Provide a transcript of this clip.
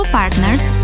partners